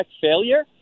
failure